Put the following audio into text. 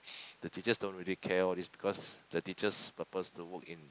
the teachers don't really care all these because the teachers' purpose to work in